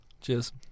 Cheers